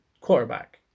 quarterback